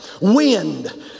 Wind